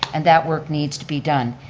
and that work needs to be done.